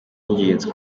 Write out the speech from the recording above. y’ingenzi